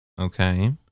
Okay